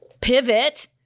pivot